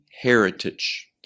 heritage